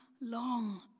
long